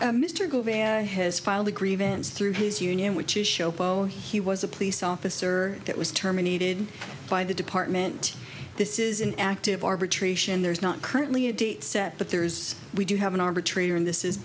gauvin has filed a grievance through his union which is show poe he was a police officer that was terminated by the department this is an active arbitration there is not currently a date set but there is we do have an arbitrator in this is